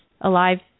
alive